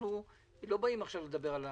אנחנו לא באים עכשיו לדבר על זה.